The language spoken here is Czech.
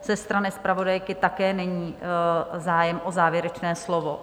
Ze strany zpravodajky také není zájem o závěrečné slovo?